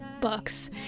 books